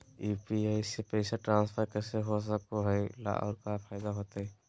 UPI से पैसा transfer कैसे हो सके ला और का फायदा होएत?